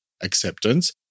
acceptance